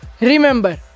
Remember